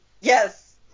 Yes